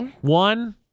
One